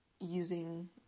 using